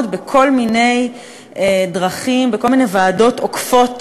בכל מיני דרכים בכל מיני ועדות עוקפות